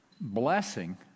Blessing